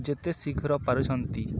ଯେତେ ଶୀଘ୍ର ପାରୁଛନ୍ତି